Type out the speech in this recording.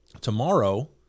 tomorrow